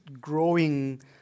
growing